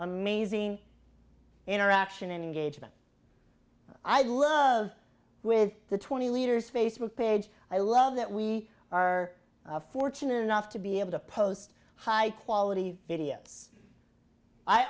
amazing interaction engagement i love with the twenty leaders facebook page i love that we are fortunate enough to be able to post high quality videos i